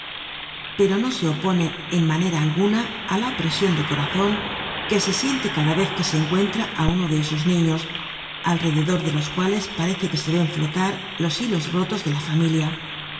pero no se opone en manera alguna á lo opresion de corazon que se siente cada vez que se encuentra á uno de esos niños alrededor de los cuales parece que se ven flotar los hilos rotos de la familia